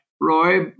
Roy